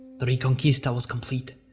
the reconquista was complete.